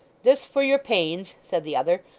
this for your pains said the other,